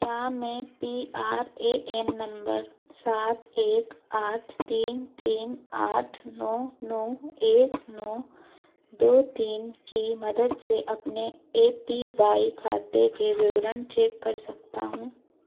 क्या मैं P R A N number सात एक आठ तीन तीन आठ नौ नौ एक नौ दो तीन की मदद से अपने ए पी वाई खाते के विवरण चेक कर सकता हूँ